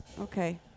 Okay